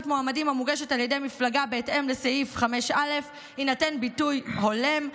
מועמדים המוגשת על ידי מפלגה בהתאם לסעיף 5א יינתן ביטוי הולם,